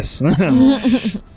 Yes